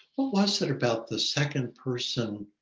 what was it about the second person,